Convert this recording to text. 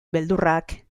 beldurrak